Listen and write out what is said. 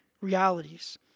realities